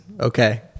Okay